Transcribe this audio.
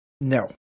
No